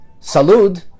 salud